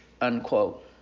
unquote